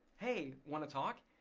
hey, wanna talk,